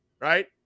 right